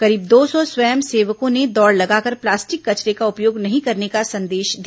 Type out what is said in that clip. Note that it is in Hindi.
करीब दो सौ स्वयंसेवकों ने दौड़ लगाकर प्लास्टिक कचरे का उपयोग नहीं करने का सन्देश दिया